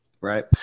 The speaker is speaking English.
Right